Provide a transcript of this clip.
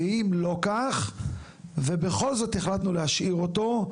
ואם לא כך ,ובכל זאת החלטנו להשאיר אותו,